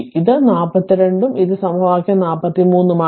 ഇത് 42 ഉം ഇത് സമവാക്യം 43 ഉം ആണ്